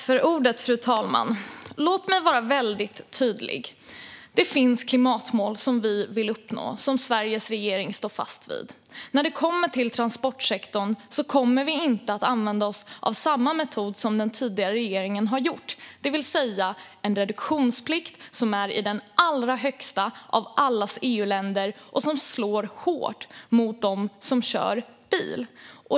Fru talman! Låt mig vara väldigt tydlig: Det finns klimatmål som vi vill uppnå som Sveriges regering står fast vid. När det gäller transportsektorn kommer vi inte att använda oss av samma metod som den tidigare regeringen, det vill säga en reduktionsplikt som är en av de allra högsta bland EU-länderna och som slår hårt mot dem som kör bil.